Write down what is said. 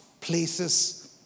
places